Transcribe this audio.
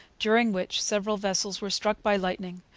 during which several vessels were struck by lightning,